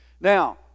Now